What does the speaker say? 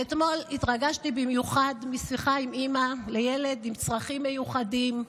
ואתמול התרגשתי במיוחד משיחה עם אימא לילד עם צרכים מיוחדים,